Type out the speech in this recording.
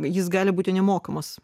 jis gali būti nemokamas